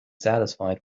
satisfied